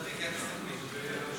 חבריי חברי הכנסת, גברתי השרה,